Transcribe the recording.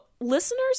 listeners